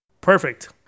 perfect